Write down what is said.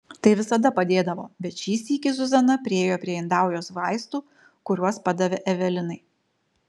tai visada padėdavo bet šį sykį zuzana priėjo prie indaujos vaistų kuriuos padavė evelinai